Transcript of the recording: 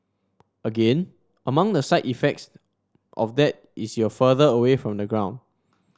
again among the side effects of that is you're further away from the ground